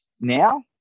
now